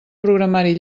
programari